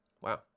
Wow